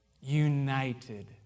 united